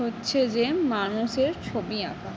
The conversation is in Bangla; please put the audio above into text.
হচ্ছে যে মানুষের ছবি আঁকা